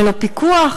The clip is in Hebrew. ללא פיקוח,